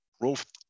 growth